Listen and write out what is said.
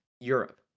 Europe